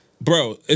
bro